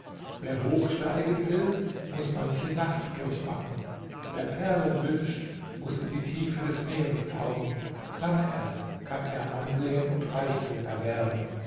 wer hoch steigen will muß manche nacht durchmachen wer perlen wünscht muß in die tiefe des meeres tauchen dann erst kann er ansehen und reichtum erwerben